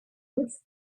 with